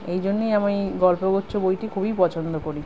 এই জন্যেই আমি গল্পগুচ্ছ বইটি খুবই পছন্দ করি